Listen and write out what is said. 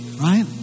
right